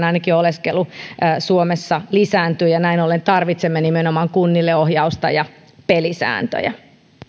ainakin lyhytaikainen oleskelu suomessa lisääntyy ja näin ollen tarvitsemme nimenomaan kunnille ohjausta ja pelisääntöjä